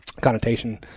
connotation